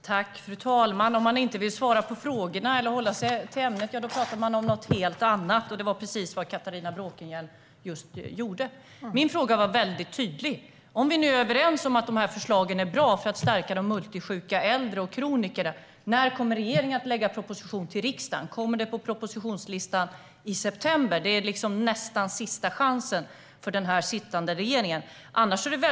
Fru talman! Om man inte vill svara på frågorna eller hålla sig till ämnet pratar man om något helt annat, och det var precis vad Catharina Bråkenhielm just gjorde. Min fråga var mycket tydlig. Om vi nu är överens om att förslagen är bra för att stärka multisjuka äldre och kroniker - när kommer regeringen att lägga fram en proposition till riksdagen? Kommer den att finnas på propositionslistan i september? Det är nästan sista chansen för den sittande regeringen.